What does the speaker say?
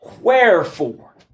Wherefore